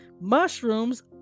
mushrooms